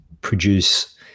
produce